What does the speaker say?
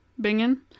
Bingen